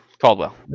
Caldwell